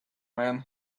man